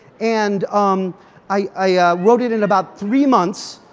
and um i ah wrote it in about three months.